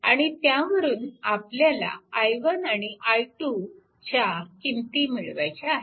आणि त्यावरून आपल्याला i1 आणि i2च्या किंमती मिळवायच्या आहेत